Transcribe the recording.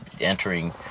entering